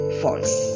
false